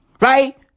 right